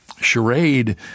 charade